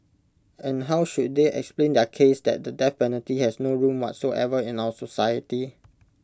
and how should they explain their case that the death penalty has no room whatsoever in our society